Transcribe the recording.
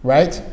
Right